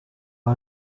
vad